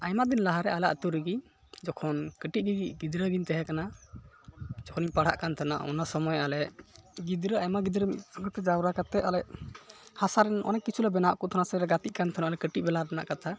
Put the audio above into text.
ᱟᱭᱢᱟᱫᱤᱱ ᱞᱟᱦᱟᱨᱮ ᱟᱞᱮ ᱟᱛᱳ ᱨᱮᱜᱮ ᱡᱚᱠᱷᱚᱱ ᱠᱟᱹᱴᱤᱡᱜᱮ ᱜᱤᱫᱽᱨᱟᱹᱜᱮᱧ ᱛᱟᱦᱮᱸᱠᱟᱱᱟ ᱡᱚᱠᱷᱚᱱᱤᱧ ᱯᱟᱲᱦᱟᱜ ᱠᱟᱱ ᱛᱟᱦᱮᱱᱟ ᱚᱱᱟ ᱥᱚᱢᱚᱭ ᱟᱞᱮ ᱜᱤᱫᱽᱨᱟᱹ ᱟᱭᱢᱟ ᱜᱤᱫᱽᱨᱟᱹ ᱟᱞᱮ ᱢᱤᱫ ᱥᱚᱸᱜᱮᱛᱮ ᱡᱟᱣᱨᱟ ᱠᱟᱛᱮᱫ ᱟᱞᱮ ᱦᱟᱥᱟᱨᱮᱱ ᱚᱱᱮᱠ ᱠᱤᱪᱷᱩᱞᱮ ᱵᱮᱱᱟᱣᱮᱫᱠᱚ ᱛᱮᱦᱮᱱᱚᱜᱼᱟ ᱥᱮᱞᱮ ᱜᱟᱛᱮᱜ ᱠᱟᱱ ᱛᱮᱦᱮᱱᱚᱜᱼᱟ ᱚᱱᱮ ᱠᱟᱹᱴᱤᱡ ᱵᱮᱞᱟ ᱨᱮᱱᱟᱜ ᱠᱟᱛᱷᱟ